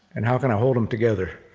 and how can i hold them together?